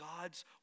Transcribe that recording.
God's